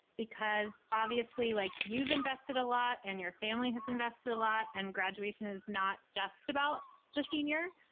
because obviously, like, you've invested a lot and your family has invested a lot. and graduation is not just about the senior.